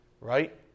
right